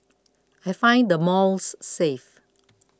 I find the malls safe